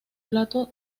plato